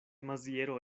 maziero